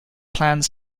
plans